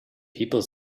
people